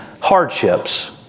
hardships